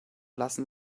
lassen